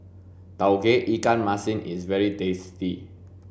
tauge ikan masin is very tasty